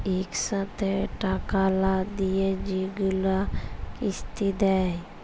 ইকসাথে টাকা লা দিঁয়ে যেগুলা কিস্তি দেয়